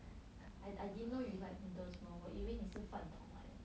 I I didn't know you like noodles more 我以为你是饭桶来的